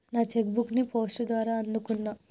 నా check book ని post ద్వారా అందుకున్నా